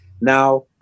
Now